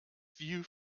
view